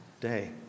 day